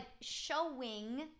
showing